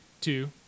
two